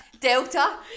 Delta